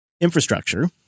infrastructure